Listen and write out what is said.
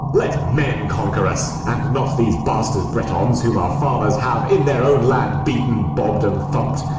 let men conquer us, and not these bastard britagnes, whom our fathers have in their own land beaten, bobb'd, and thump'd,